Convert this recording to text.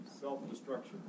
Self-destruction